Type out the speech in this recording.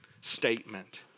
statement